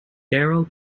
darryl